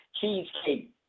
Cheesecake